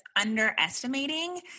underestimating